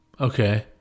Okay